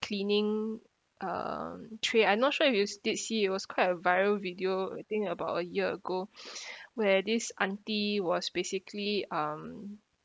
cleaning um tray I'm not sure if you did see it was quite a viral video I think about a year ago where this auntie was basically um